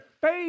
faith